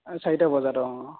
চাৰিটা বজাত অঁ